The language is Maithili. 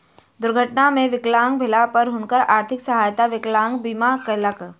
दुर्घटना मे विकलांग भेला पर हुनकर आर्थिक सहायता विकलांग बीमा केलक